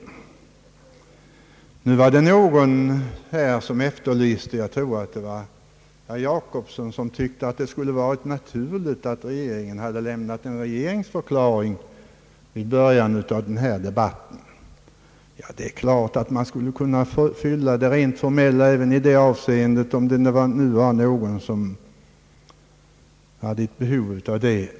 Jag tror det var herr Gösta Jacobsson som tyckte att det hade varit naturligt att regeringen lämnat en regeringsförklaring vid början av denna debatt. Det är klart att man skulle ha kunnat uppfylla det rent formella även i det avseendet, om det nu var någon som hade ett behov av detta.